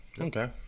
okay